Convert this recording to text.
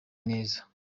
neza